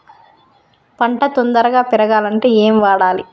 పంట తొందరగా పెరగాలంటే ఏమి వాడాలి?